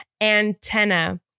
antenna